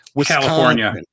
California